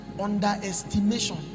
underestimation